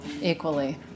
equally